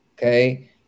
Okay